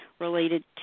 related